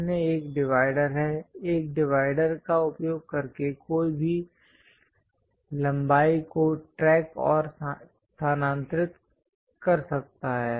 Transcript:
अन्य एक डिवाइडर है एक डिवाइडर का उपयोग करके कोई भी लंबाई को ट्रैक और स्थानांतरित कर सकता है